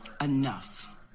Enough